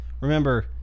remember